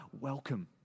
welcome